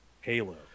Halo